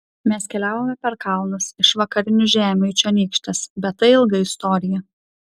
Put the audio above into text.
mes keliavome per kalnus iš vakarinių žemių į čionykštes bet tai ilga istorija